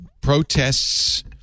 Protests